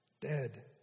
Dead